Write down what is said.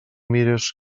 mires